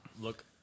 Look